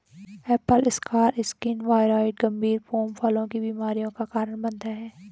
Apple scar skin viroid गंभीर pome फलों की बीमारियों का कारण बनता है